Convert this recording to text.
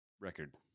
record